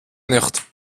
nicht